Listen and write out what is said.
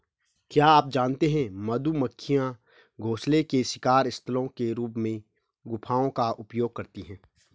क्या आप जानते है मधुमक्खियां घोंसले के शिकार स्थलों के रूप में गुफाओं का उपयोग करती है?